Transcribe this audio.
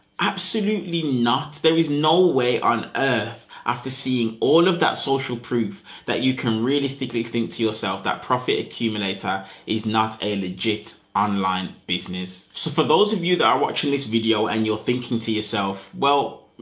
absolutely not. yeah. there is no way on earth after seeing all of that social proof that you can realistically think to yourself, that profit accumulator is not a legit. online business. so for those of you that are watching this video and you're thinking to yourself, well,